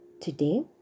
Today